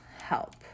help